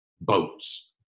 boats